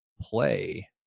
play